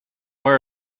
wear